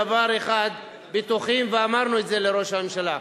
אנחנו בדבר אחד בטוחים, ואמרנו את זה לראש הממשלה,